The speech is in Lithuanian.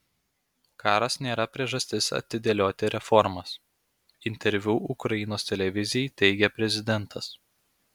karas nėra priežastis atidėlioti reformas interviu ukrainos televizijai teigė prezidentas